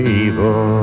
evil